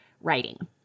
writing